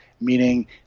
meaning